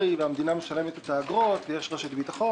והמדינה משלמת את האגרות ויש רשת ביטחון,